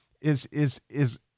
is—is—is